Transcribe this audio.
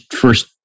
first